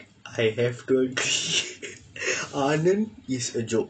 I have to anand is a joke